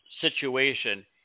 situation